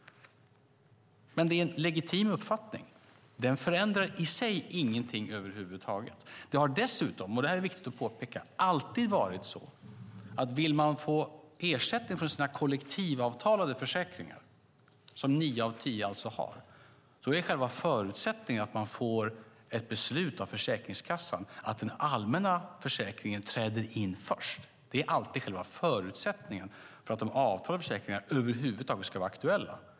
Det är en legitim uppfattning. Den förändrar inte i sig någonting över huvud taget. Det har dessutom alltid varit så - och detta är viktigt att påpeka - att vill man få ersättning från sina kollektivavtalade försäkringar som nio och tio har är själva förutsättningen att man får ett beslut av Försäkringskassan att den allmänna försäkringen träder in först. Det är alltid själva förutsättningen för att de avtalade försäkringarna över huvud taget ska vara aktuella.